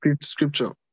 scripture